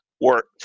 work